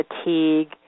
fatigue